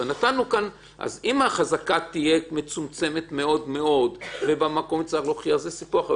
אז אם החזקה תהיה מצומצמת מאוד וצריך להוכיח במקום זה סיפור אחר.